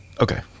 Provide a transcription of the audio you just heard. okay